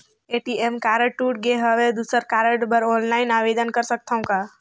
ATM card टूट गे हववं दुसर कारड बर ऑनलाइन आवेदन कर सकथव का?